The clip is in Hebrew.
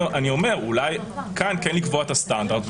אולי כאן כן לקבוע את הסטנדרט,